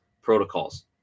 protocols